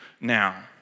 now